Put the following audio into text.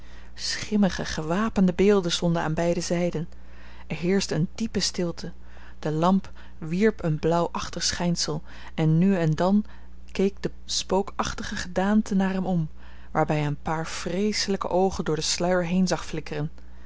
schimmige gewapende beelden stonden aan beide zijden er heerschte een diepe stilte de lamp wierp een blauwachtig schijnsel en nu en dan keek de spookachtige gedaante naar hem om waarbij hij een paar vreeselijke oogen door den sluier heen zag flikkeren